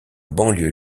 banlieue